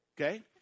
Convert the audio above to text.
Okay